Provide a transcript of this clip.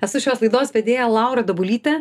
esu šios laidos vedėja laura dabulytė